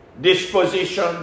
disposition